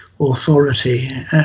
authority